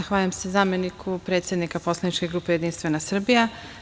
Zahvaljujem se zameniku predsednika poslaničke grupe Jedinstvena Srbija.